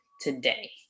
today